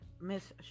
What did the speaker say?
Miss